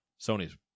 Sony's